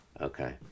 Okay